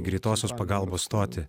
greitosios pagalbos stotį